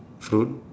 fruit